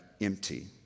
empty